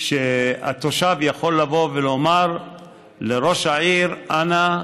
שהתושב יכול לבוא ולומר לראש העיר: אנא,